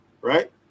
right